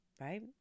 right